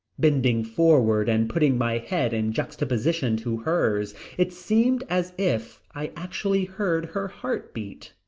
bending forward and putting my head in juxtaposition to hers it seemed as if i actually heard her heart beat.